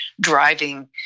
driving